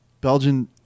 belgian